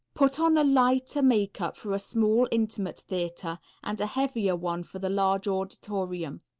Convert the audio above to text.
put on a lighter makeup for a small, intimate theatre, and a heavier one for the large auditorium.